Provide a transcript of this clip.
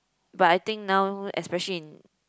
but I think now especially in